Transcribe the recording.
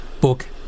book